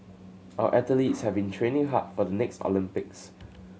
our athletes have been training hard for the next Olympics